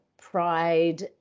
pride